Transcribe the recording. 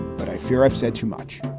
but i fear i've said too much.